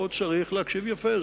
פה צריך להקשיב יפה.